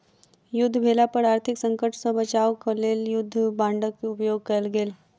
युद्ध भेला पर आर्थिक संकट सॅ बचाब क लेल युद्ध बांडक उपयोग कयल गेल